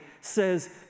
says